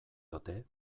ote